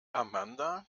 amanda